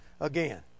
again